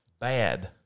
Bad